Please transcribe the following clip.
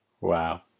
Wow